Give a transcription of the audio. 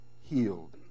healed